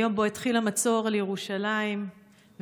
היום שבו החל המצור על ירושלים והחל,